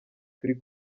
turi